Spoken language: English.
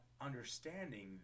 understanding